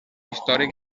històric